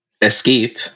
Escape